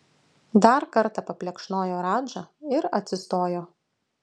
dar kartą paplekšnojo radžą ir atsistojo